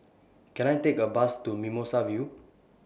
Can I Take A Bus to Mimosa View